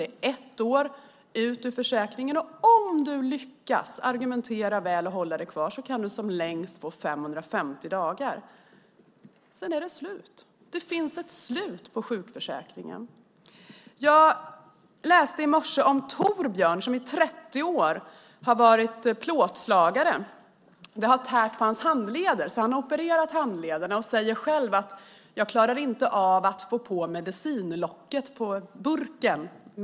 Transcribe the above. Efter ett år åker man ut ur försäkringen. Om man lyckas att argumentera väl och hålla sig kvar kan man som längst få 550 dagar. Sedan är det slut. Det finns ett slut på sjukförsäkringen. Jag läste i morse om Torbjörn som i 30 år har varit plåtslagare. Det har slitit på hans handleder, så han har opererat dem. Han säger själv att han inte klarar av att få på locket på medicinburken.